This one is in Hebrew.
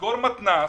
לסגור מתנ"ס.